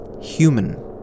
human